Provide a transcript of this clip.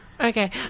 Okay